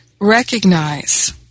recognize